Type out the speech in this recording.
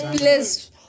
place